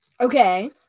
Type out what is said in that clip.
Okay